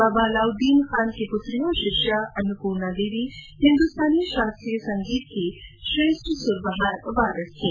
बांबा अल्लाउद्दीन खानकी पुत्री और शिष्या अन्नपूर्णा देवी हिन्दुस्तानी शास्त्रीय संगीत की श्रेष्ठ सुरबहार वादक थी